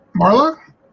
Marla